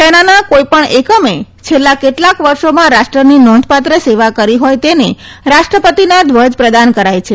સેનાના કોઈપણ એકમે છેલ્લા કેટલાક વર્ષોમાં રાષ્ટ્રની નોંધપાત્ર સેવા કરી હોય તેને રાષ્ટ્રપતિના ધ્વજ પ્રદાન કરાય છે